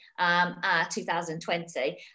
2020